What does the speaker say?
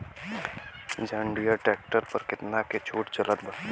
जंडियर tractor पर कितना के छूट चलत बा?